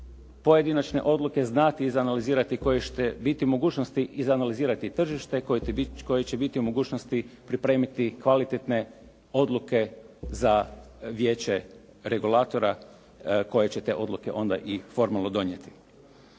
pojedinačne odluke znati izanalizirati, koje će biti u mogućnosti izanalizirati tržište, koje će biti u mogućnosti pripremiti kvalitetne odluke za vijeće regulatora koje će te odluke onda i formalno donijeti.